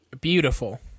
beautiful